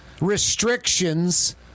restrictions